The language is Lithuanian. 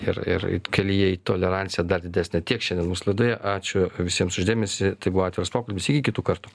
ir ir kelyje į toleranciją dar didesnę tiek šiandien mūsų laidoje ačiū visiems už dėmesį tai buvo atviras pokalbis iki kitų kartų